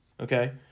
Okay